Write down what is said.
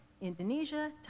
Indonesia